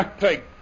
Take